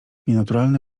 nienaturalne